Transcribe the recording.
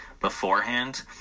beforehand